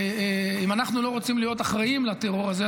אם אנחנו לא רוצים להיות אחראים לטרור הזה,